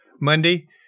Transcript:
Monday